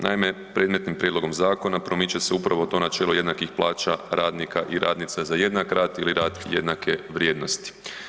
Naime, predmetnim prijedlogom zakona promiče se upravo to načelo jednakih plaća radnika i radnica za jednak rad ili rad jednake vrijednosti.